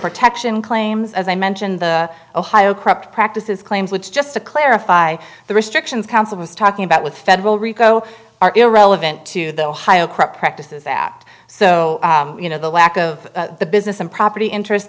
protection claims as i mentioned the ohio corrupt practices claims which just to clarify the restrictions counsel was talking about with federal rico are irrelevant to the ohio corrupt practices act so you know the lack of business and property interest